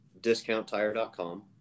discounttire.com